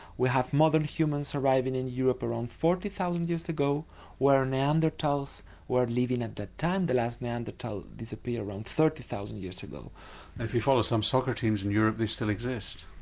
we have modern humans arriving in europe around forty thousand years ago where neanderthals were living at that time. the last neanderthal disappeared around thirty thousand years ago. and if you follow some soccer teams in europe they still exist.